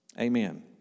Amen